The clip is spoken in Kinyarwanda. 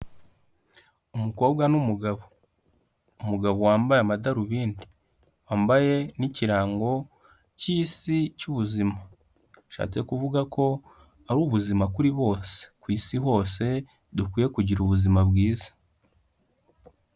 Umukobwa n'umugabo, umugabo wambaye amadarubindi, wambaye n'ikirango cy'isi cy'ubuzima, bishatse kuvuga ko ari ubuzima kuri bose, ku isi hose dukwiye kugira ubuzima bwiza.